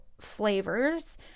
flavors